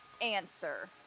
answer